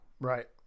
Right